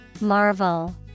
Marvel